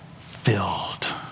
filled